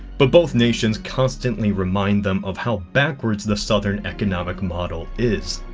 but both nations constantly remind them of how backwards the southern economic model is.